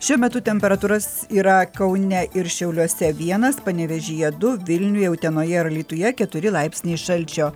šiuo metu temperatūra yra kaune ir šiauliuose vienas panevėžyje du vilniuje utenoje ir alytuje keturi laipsniai šalčio